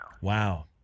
Wow